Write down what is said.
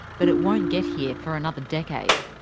but it won't get here for another decade.